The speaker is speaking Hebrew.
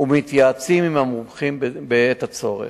ומתייעצים עם מומחים בעת הצורך.